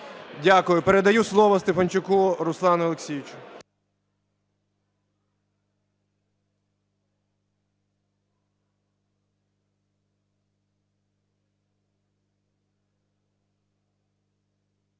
Дякую. Передаю слово Стефанчуку Руслану Олексійовичу.